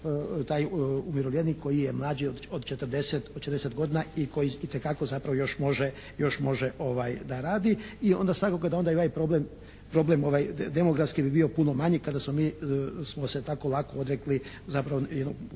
taj umirovljenik koji je mlađi od 40 godina i koji itekako zapravo još može da radi i onda da svakako ovaj problem demografski bi bio puno manji kada smo mi se tako lako odrekli možemo